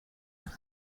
hij